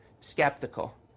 skeptical